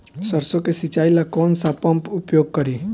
सरसो के सिंचाई ला कौन सा पंप उपयोग करी?